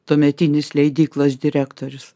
tuometinis leidyklos direktorius